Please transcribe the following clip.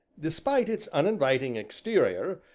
despite its uninviting exterior,